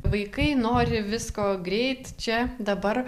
vaikai nori visko greit čia dabar